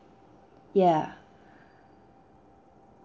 ya